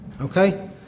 Okay